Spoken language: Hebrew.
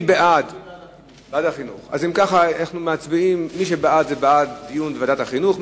אם כך, מי שבעד, בעד דיון בוועדת החינוך.